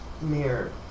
mirror